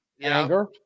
Anger